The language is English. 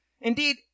Indeed